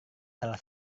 salah